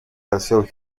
canción